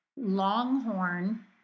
Longhorn